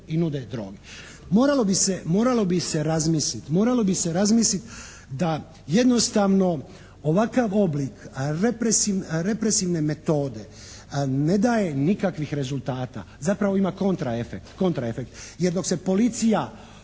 Moralo bi se razmisliti da jednostavno ovakav oblik represivne metode ne daje nikakvih rezultata, zapravo ima kontraefekt,